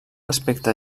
aspecte